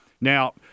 Now